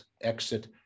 exit